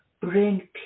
bring